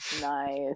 Nice